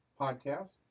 podcast